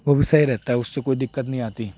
वो भी सही रहता है उससे कोई दिक्कत नहीं आती